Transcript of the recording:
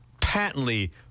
patently